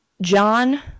John